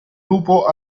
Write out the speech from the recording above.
lupo